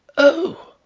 oh!